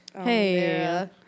Hey